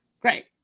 Great